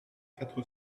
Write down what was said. quatre